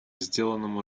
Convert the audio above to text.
сделанному